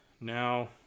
Now